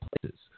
places